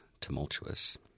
tumultuous